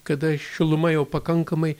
kada šiluma jau pakankamai